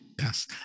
Yes